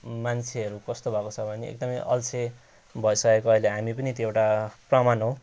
मान्छेहरू कस्तो भएको छ भने एकदमै अल्छे भइसकेको अहिले हामी पनि त्यो एउटा प्रमाण हो